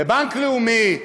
בבנק לאומי,